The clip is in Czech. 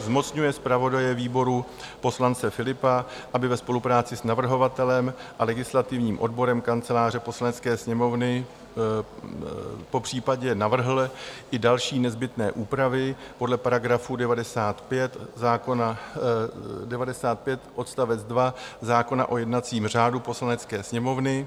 Zmocňuje zpravodaje výboru poslance Philippa, aby ve spolupráci s navrhovatelem a legislativním odborem Kanceláře Poslanecké sněmovny popřípadě navrhl i další nezbytné úpravy podle § 95 odst. 2 zákona o jednacím řádu Poslanecké sněmovny.